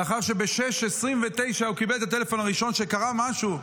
לאחר שב-6:29 הוא קיבל את הטלפון הראשון שקרה משהו,